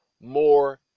more